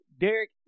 Derek